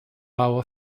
our